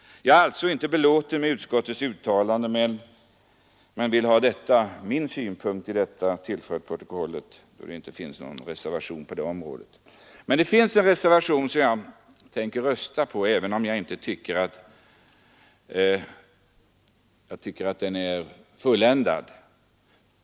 Jag är alltså inte belåten med utskottets uttalande, men jag måste nöja mig med att föra dessa mina synpunkter till protokollet, eftersom det i detta avsnitt inte finns någon reservation. Men det finns en reservation, som jag tänker rösta för, trots att jag inte anser att den är fulländad.